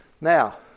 Now